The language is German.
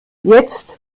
jetzt